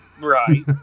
Right